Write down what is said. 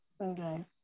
Okay